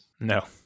No